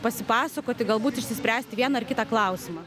pasipasakoti galbūt išsispręsti vieną ar kitą klausimą